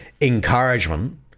encouragement